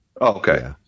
Okay